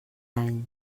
any